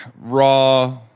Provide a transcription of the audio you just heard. raw